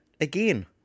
again